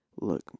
Look